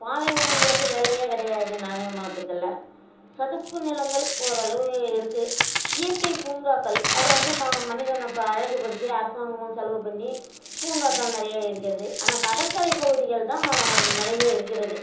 பாலைவனங்களுக்கு வேலையே கிடையாது நாகை மாவட்டத்தில் சதுப்பு நிலங்கள் ஓரளவு இருக்குது இயற்கை பூங்காக்கள் அதை வந்து ம மனிதன பா அழகுபடுத்தி அரசாங்கமும் செலவு பண்ணி பூங்காக்கள் நிறைய இருக்கிறது ஆனால் கடற்கரை பகுதிகள் தான் மா நிறைய இருக்கிறது